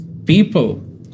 People